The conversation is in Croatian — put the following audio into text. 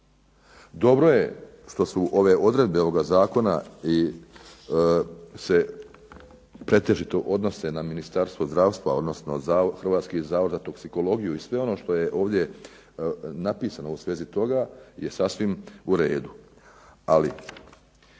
Dobro je što su ove odredbe ovoga zakona se pretežito odnose na Ministarstvo zdravstva, odnosno Hrvatski zavod za toksikologiju i sve ono što je ovdje napisano u svezi toga je sasvim u redu.